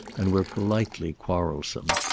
and were politely quarrelsome.